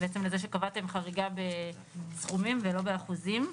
לזה שקבעתם חריגה בסכומים ולא באחוזים.